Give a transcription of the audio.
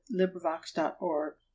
LibriVox.org